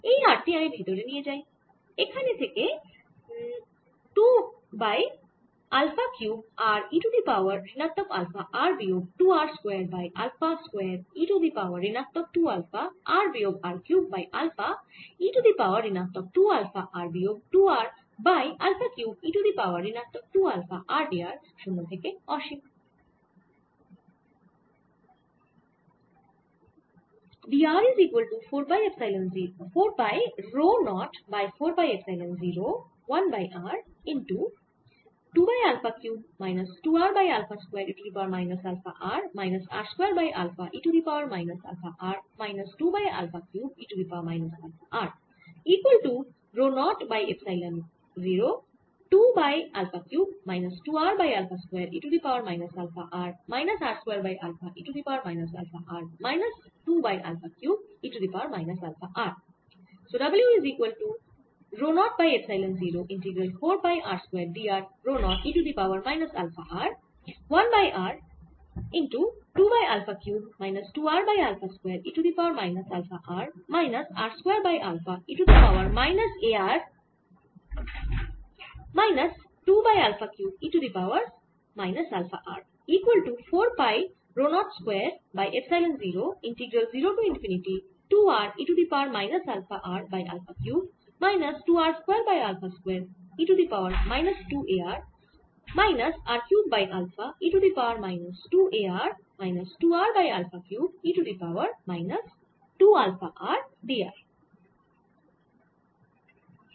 এর r টি আমি ভেতরে নিয়ে যাই এখানে থাকে 2 by alpha cube r e to the power ঋণাত্মক আলফা r বিয়োগ 2 r square by alpha square e to the power ঋণাত্মক 2 আলফা r বিয়োগ r cube by alpha e to the power ঋণাত্মক 2 আলফা r বিয়োগ 2 r by alpha cube e to the power ঋণাত্মক 2 alpha r d r 0 থেকে অসীম